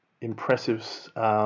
impressive